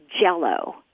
jello